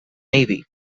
navy